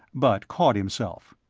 but caught himself.